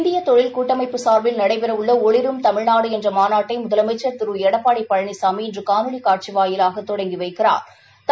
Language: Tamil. இந்திய தொழில் கூட்டமைப்பு சார்பில் நடைபெறவுள்ள ஒளிரும் தமிழ்நாடு என்ற மாநாட்டை முதலமைச்ச் திரு எடப்பாடி பழனிசாமி இன்று காணொலி காட்சி வாயிலாக தொடங்கி வைக்கிறா்